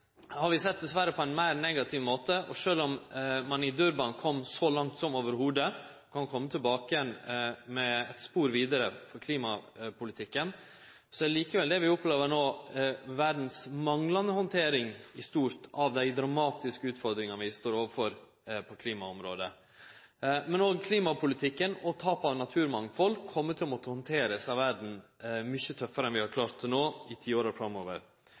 har vi dessverre sett på ein meir negativ måte. Sjølv om ein i Durban kom så langt ein kunne på sporet vidare i klimapolitikken, er likevel det vi opplever no, verdas manglande handtering i stort av dei dramatiske utfordringane vi står overfor på klimaområdet. Men òg klimapolitikken og tap av naturmangfald kjem til å måtte verte handtert mykje tøffare av verda i tiåra framover enn det vi har klart